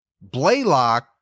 Blaylock